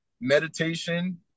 meditation